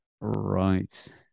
right